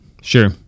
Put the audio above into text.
Sure